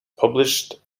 published